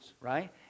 right